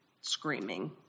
screaming